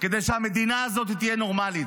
כדי שהמדינה הזאת תהיה נורמלית.